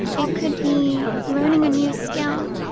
it could be learning a new skill.